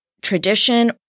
tradition